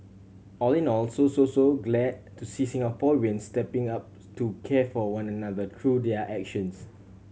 all in all so so so glad to see Singaporeans stepping up to care for one another through their actions